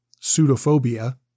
pseudophobia